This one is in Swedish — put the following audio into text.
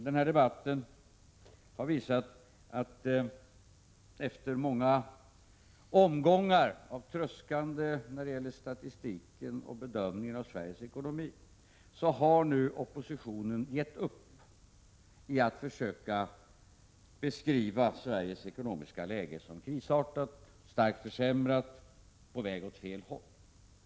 Denna debatt har visat att oppositionen efter många omgångar av tröskande när det gäller statistiken och bedömningen av Sveriges ekonomi har gett upp försöken att beskriva Sveriges ekonomiska läge som krisartat, starkt försämrat och på väg åt fel håll.